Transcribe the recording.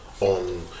on